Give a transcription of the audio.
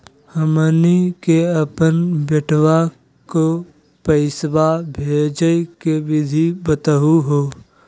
हमनी के अपन बेटवा क पैसवा भेजै के विधि बताहु हो?